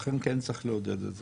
ולכן כן צריך לעודד את זה.